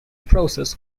process